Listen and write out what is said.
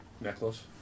Necklace